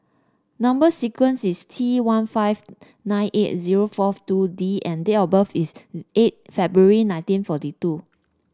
number sequence is T one five nine eight zero four two D and date of birth is eight February nineteen forty two